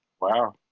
Wow